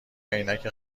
عینک